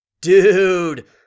Dude